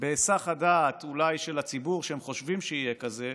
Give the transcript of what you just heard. בהיסח הדעת אולי של הציבור, שהם חושבים שיהיה כזה,